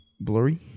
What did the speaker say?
Blurry